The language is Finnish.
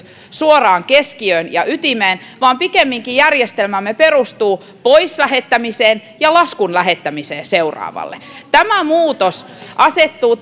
suoraan keskiöön ja ytimeen vaan pikemminkin järjestelmämme perustuu pois lähettämiseen ja laskun lähettämiseen seuraavalle tämä muutos asettuu